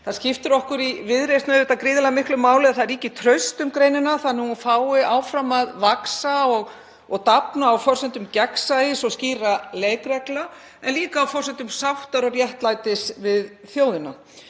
Það skiptir okkur í Viðreisn auðvitað gríðarlega miklu máli að traust ríki um greinina þannig að hún fái áfram að vaxa og dafna á forsendum gegnsæis og skýrra leikreglna en líka á forsendum sáttar og réttlætis við þjóðina.